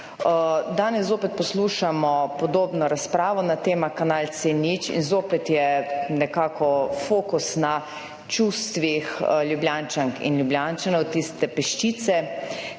zopet poslušamo podobno razpravo na tema Kanal C0 in zopet je nekako fokus na čustvih Ljubljančank in Ljubljančanov, tiste peščice,